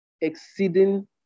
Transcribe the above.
exceeding